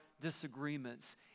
disagreements